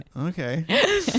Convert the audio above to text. Okay